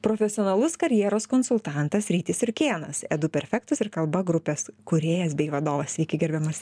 profesionalus karjeros konsultantas rytis jurkėnas edu perfectus ir kalba grupės kūrėjas bei vadovas sveiki gerbiamas